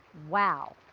wow!